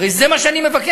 הרי זה מה שאני מבקש.